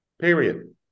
Period